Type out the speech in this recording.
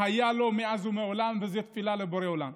מאז ומעולם, וזאת תפילה לבורא עולם.